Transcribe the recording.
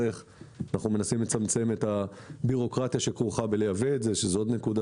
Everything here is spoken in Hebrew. אנחנו מנסים לצמצם את הביורוקרטיה שכרוכה בייבוא של זה זו עוד נקודה